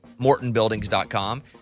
MortonBuildings.com